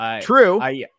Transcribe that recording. true